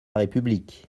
république